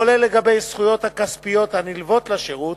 כולל לגבי הזכויות הכספיות הנלוות לשירות,